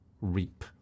reap